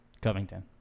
Covington